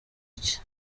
iki